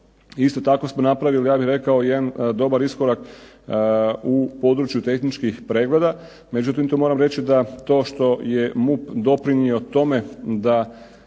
Isto tako smo napravili ja bih rekao jedan dobar iskorak u području tehničkih predmeta, međutim tu moram reći da to što je MUP doprinio tome da